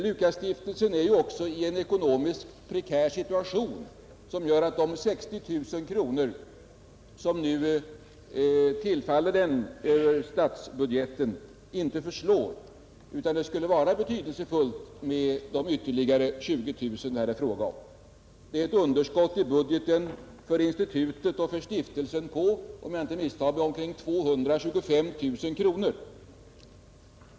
Lukasstiftelsen är ju också i en ekonomiskt prekär situation som gör att de 60 000 kronor som nu tillfaller den över statsbudgeten inte förslår, och det skulle vara betydelsefullt med de ytterligare 20 000 det här är fråga om. Det är ett underskott i budgeten för institutet och för stiftelsen på — om jag inte misstar mig — omkring 225 000 kronor.